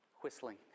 whistling